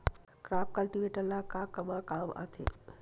Crop cultivator ला कमा काम आथे?